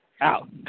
out